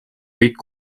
kõik